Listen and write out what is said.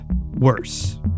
worse